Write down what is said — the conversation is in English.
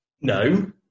No